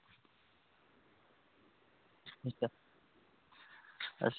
अच्छा